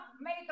made